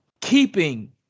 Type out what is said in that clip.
keeping